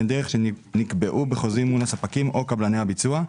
דרך שנקבעו בחוזים מול הספקים או קבלני הביצוע.